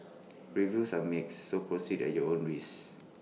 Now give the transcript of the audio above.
reviews are mixed so proceed at your own risk